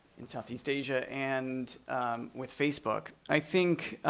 in southeast asia and with facebook. i think